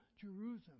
Jerusalem